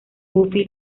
buffy